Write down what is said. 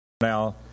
now